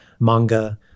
manga